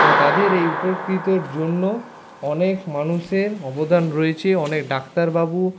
তাদের এই উপকৃতর জন্য অনেক মানুষের অবদান রয়েছে অনেক ডাক্তারবাবু